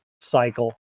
cycle